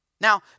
Now